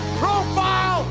profile